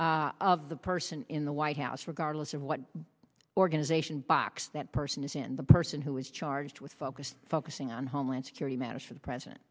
of the person in the white house regardless of what organization box that person is in the person who is charged with focused focusing on homeland security matters for the present